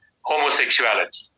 homosexuality